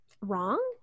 wrong